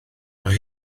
mae